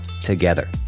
together